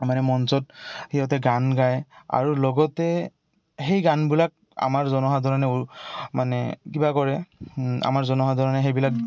মানে মঞ্চত সিহঁতে গান গায় আৰু লগতে সেই গানবিলাক আমাৰ জনসাধাৰণে মানে কিবা কৰে আমাৰ জনসাধাৰণে সেইবিলাক